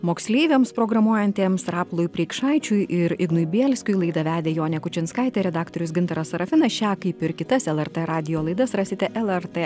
moksleiviams programuojantiems rapolui preikšaičiui ir ignui bielskiui laidą vedė jonė kučinskaitė redaktorius gintaras sarafinas šią kaip ir kitas lrt radijo laidas rasite lrt